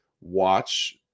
watch